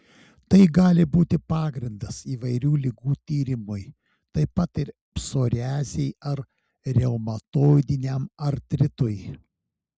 tai gali būti pagrindas įvairių ligų tyrimui taip pat ir psoriazei ar reumatoidiniam artritui